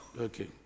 Okay